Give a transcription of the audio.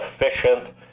efficient